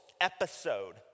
episode